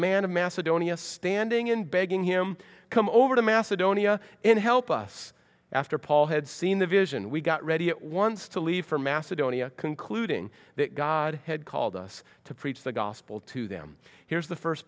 man of macedonia standing in begging him to come over to macedonia and help us after paul had seen the vision we got ready at once to leave for macedonia concluding that god had called us to preach the gospel to them here's the first